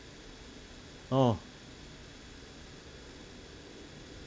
oh